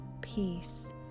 Peace